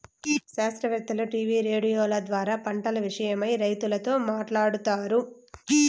శాస్త్రవేత్తలు టీవీ రేడియోల ద్వారా పంటల విషయమై రైతులతో మాట్లాడుతారు